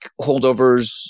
holdovers